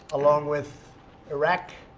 along with iraq,